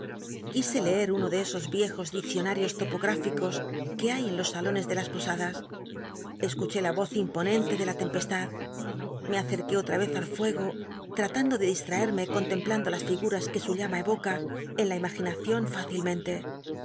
quise leer tmo de esos icjo diccionarios topogt illcos que hay en los salones de las posadas escuché la roz imponente ele la tempestad me ncetc ué olta vez al fuego tr tando de distraerme contemplando las flguras que su llama e oca en la imaginacion